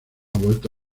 vuelto